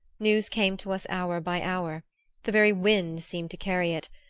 news came to us hour by hour the very wind seemed to carry it,